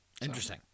Interesting